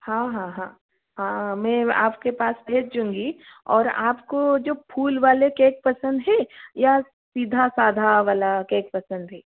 हाँ हाँ हाँ हाँ मैं आप के पास भेजूँगी और आपको को जो फूल वाले केक पसंद है या सीधा सादा वाला केक पसंद है